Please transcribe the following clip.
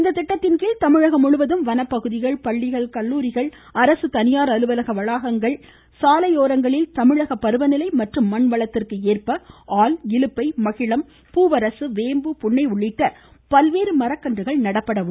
இத்திட்டத்தின்கீழ் தமிழகம் முழுவதும் வனப்பகுதிகள் பள்ளிகள் கல்லூரிகள் அரசு தனியார் அலுவலக வளாகங்கள் சாலையோரங்களில் தமிழக பருவநிலை மற்றும் மண்வளத்திற்கு ஏற்ற ஆல் இலுப்பை மகிழம் பூவரசு வேம்பு புன்னை உள்ளிட்ட பல்வேறு மரக்கன்றுகள் நடப்பபட உள்ளன